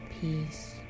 peace